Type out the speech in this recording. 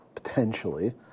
potentially